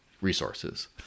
resources